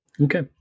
Okay